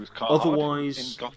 otherwise